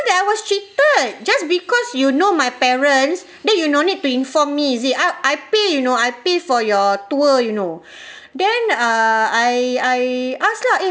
I was cheated just because you know my parents then you no need to inform me is it I I pay you know I pay for your tour you know then uh I I asked lah eh